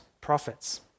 prophets